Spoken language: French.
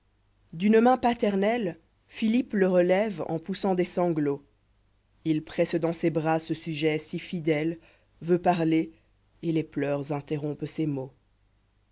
d'une main paternelle philippe le relève eh poussant des sanglots j il presse dans ses bras ce sujet si fidèle veut parler et les pleurs interrompent ses mots